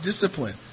discipline